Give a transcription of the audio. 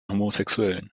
homosexuellen